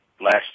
last